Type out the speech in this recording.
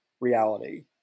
reality